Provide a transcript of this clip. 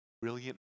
brilliant